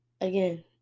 again